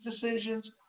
decisions